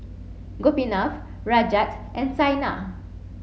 Gopinath Rajat and Saina